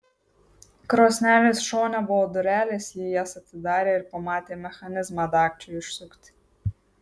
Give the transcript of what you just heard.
krosnelės šone buvo durelės ji jas atidarė ir pamatė mechanizmą dagčiui išsukti